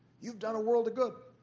you've done a world of good.